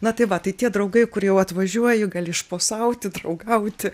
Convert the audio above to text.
na tai va tai tie draugai kurie jau atvažiuoju gali šposauti draugauti